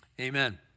Amen